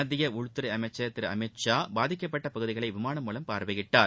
மத்திய உள்துறை அமைச்சர் திரு அமித் ஷா பாதிக்கப்பட்ட பகுதிகளை விமானம் மூலம் பார்வையிட்டார்